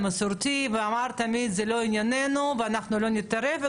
המסורתי ואמר שזה לא ענייננו ואנחנו לא נתערב,